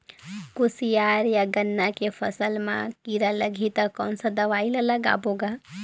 कोशियार या गन्ना के फसल मा कीरा लगही ता कौन सा दवाई ला लगाबो गा?